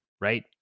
right